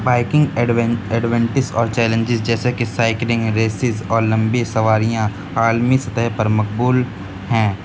biking adventure اور challenges جیسے کہ سائیکلنگ ریسز اور لمبی سواریاں عالمی سطح پر مقبول ہیں